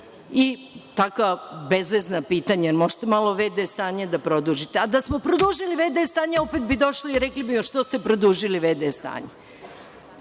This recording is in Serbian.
i takva bezvezna pitanja, da li možete malo v.d. stanje da produžite. A da smo produžili v.d. stanje opet bi došli i rekli bi – a što ste produžili v.d. stanje?